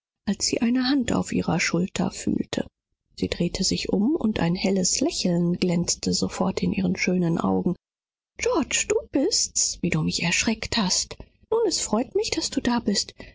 als sich eine hand auf ihre schulter legte sie wandte sich um und ein freundliches lächeln leuchtete augenblicklich aus ihren schönen augen georg bist du es wie du mich erschreckt hast ach wie froh bin ich daß du gekommen bist